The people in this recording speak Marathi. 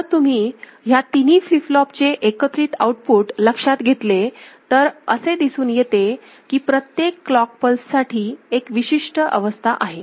जर तुम्ही ह्या तिन्ही फ्लिप फ्लॉप चे एकत्रित आउटपुट लक्षात घेतले तर असे दिसून येते की प्रत्येक क्लॉक पल्ससाठी एक विशिष्ट अवस्था आहे